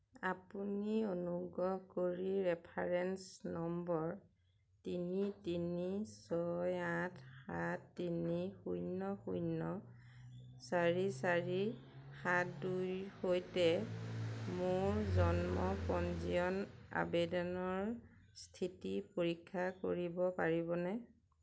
আপুনি অনুগ্ৰহ কৰি ৰেফাৰেন্স নম্বৰ তিনি তিনি ছয় আঠ সাত তিনি শূন্য শূন্য চাৰি চাৰি সাত দুইৰ সৈতে মোৰ জন্ম পঞ্জীয়ন আবেদনৰ স্থিতি পৰীক্ষা কৰিব পাৰিবনে